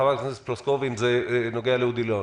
חברת הכנסת פלוסקוב, אם זה נוגע לאודי ליאון.